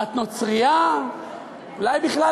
את נוצרייה?